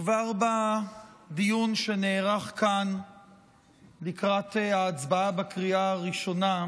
כבר בדיון שנערך כאן לקראת ההצבעה בקריאה הראשונה,